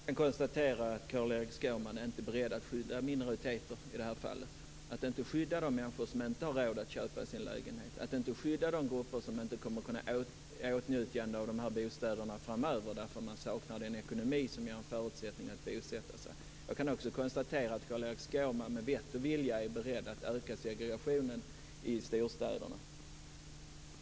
Fru talman! Jag kan konstatera att Carl-Erik Skårman inte är beredd att skydda minoriteter i det här fallet. Han är inte beredd att skydda de människor som inte har råd att köpa sin lägenhet och de grupper som inte kommer i åtnjutande av dessa bostäder framöver därför att de saknar den ekonomi som är en förutsättning för denna boendeform. Jag kan också konstatera att Carl-Erik Skårman med vett och vilja är beredd att öka segregationen i storstäderna.